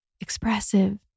expressive